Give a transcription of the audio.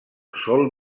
sol